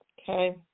Okay